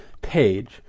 page